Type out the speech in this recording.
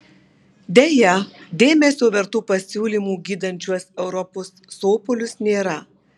deja dėmesio vertų pasiūlymų gydant šiuos europos sopulius nėra